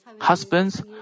husbands